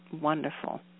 wonderful